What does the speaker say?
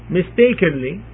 mistakenly